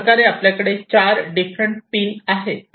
अशाप्रकारे आपल्याकडे चार डिफरंट पिन आहेत